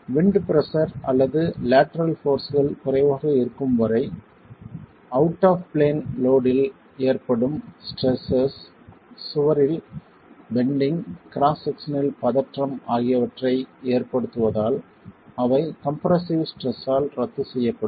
wind pressure அல்லது lateral போர்ஸ்கள் குறைவாக இருக்கும் வரை அவுட் ஒப்பி பிளேன் லோட் ஆல் ஏற்படும் ஸ்ட்ரெஸ்ஸஸ் சுவரில் செயல்படும் பரவலான லோட் சுவரில் பெண்டிங் கிராஸ் செக்சனில் பதற்றம் ஆகியவற்றை ஏற்படுத்துவதால் அவை கம்ப்ரசிவ் ஸ்ட்ரெஸ் ஆல் ரத்து செய்யப்படும்